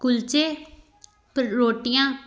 ਕੁਲਚੇ ਰੋਟੀਆਂ